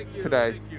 today